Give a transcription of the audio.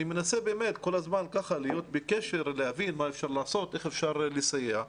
אני מנסה כל הזמן להיות בקשר ולהבין מה אפשר לעשות ואיך אפשר לסייע.